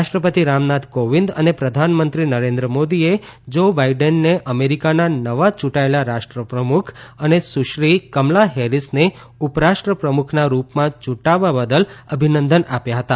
રાષ્ટ્રપતિ રામનાથ કોવિંદ અને પ્રધાનમંત્રી નરેન્દ્ર મોદીએ જો બાઈડનને અમેરિકાના નવા ચૂંટાયેલા રાષ્ટ્રપ્રમુખ અને સુશ્રી કમલા હેરિસને ઉપરાષ્ટ્ર પ્રમુખના રૂપમાં ચૂંટાવા બદલ અભિનંદન આપ્યા હતા